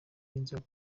n’inzoga